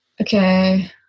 okay